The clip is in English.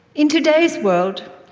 in today's world,